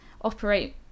operate